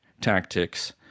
tactics